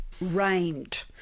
rained